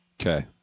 Okay